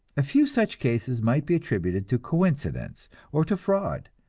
a few such cases might be attributed to coincidence or to fraud,